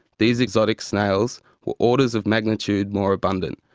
these exotic snails were orders of magnitude more abundant,